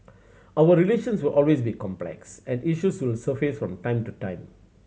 our relations will always be complex and issues will surface from time to time